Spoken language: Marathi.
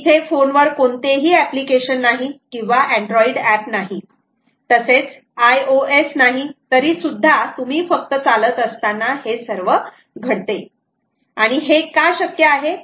तिथे फोन वर कोणतेही अप्लिकेशन नाही किंवा अँड्रॉइड अँप नाही तसेच IOS नाही तरीसुद्धा तुम्ही फक्त चालत असताना हे सर्व घडते आणि हे का शक्य आहे